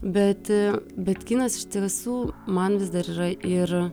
bet bet kinas iš tiesų man vis dar ir yra ir